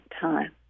time